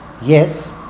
yes